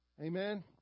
Amen